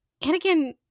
Anakin